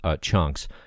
chunks